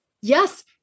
yes